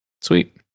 Sweet